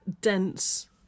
dense